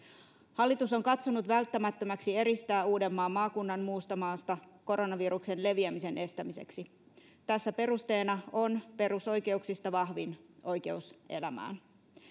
hallitus on katsonut välttämättömäksi eristää uudenmaan maakunnan muusta maasta koronaviruksen leviämisen estämiseksi tässä perusteena on perusoikeuksista vahvin oikeus elämään